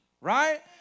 right